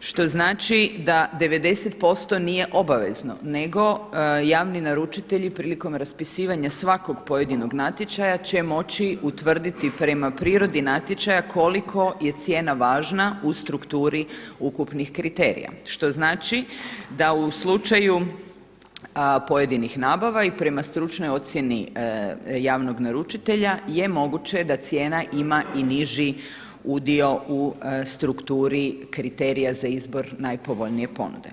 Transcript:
što znači da 90% nije obavezno nego javni naručitelji prilikom raspisivanja svakog pojedinog natječaja će moći utvrditi prema prirodi natječaja koliko je cijena važna u strukturi ukupnih kriterija što znači da u slučaju pojedinih nabava i prema stručnoj ocjeni javnog naručitelja je moguće da cijena ima i niži udio u strukturi kriterija za izbor najpovoljnije ponude.